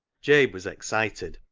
jabe was excited,